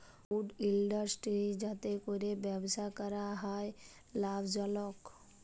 would industry যাতে ক্যরে ব্যবসা ক্যরা হ্যয় লাভজলক